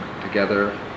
together